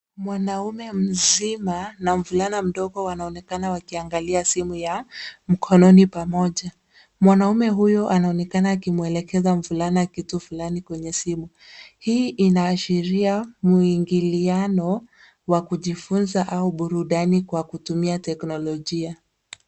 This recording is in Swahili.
Mwanaume mzima na mvulana mdogo wanaonekana wakiangalia simu ya mkononi pamoja. Mwanaume huyo anaonekana akimwelekeza mvulana kitu fulani kwenye simu. Hii inaashiria mwingiliano wa kujifunza au burudani kwa kutumia teknolojia.